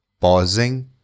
Pausing